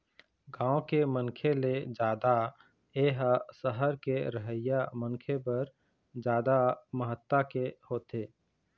गाँव के मनखे ले जादा ए ह सहर के रहइया मनखे बर जादा महत्ता के होथे